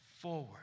forward